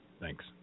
Thanks